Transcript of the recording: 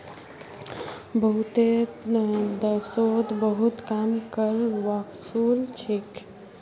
बहुतेते देशोत बहुत कम कर वसूल छेक